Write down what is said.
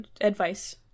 advice